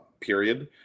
Period